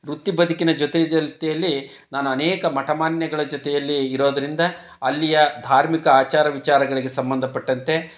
ವೃತ್ತಿ ಬದುಕಿನ ಜೊತೆ ಜೊತೆಯಲ್ಲಿ ನಾನು ಅನೇಕ ಮಠ ಮಾನ್ಯಗಳ ಜೊತೆಯಲ್ಲಿ ಇರೋದರಿಂದ ಅಲ್ಲಿಯ ಧಾರ್ಮಿಕ ಆಚಾರ ವಿಚಾರಗಳಿಗೆ ಸಂಬಂಧಪಟ್ಟಂತೆ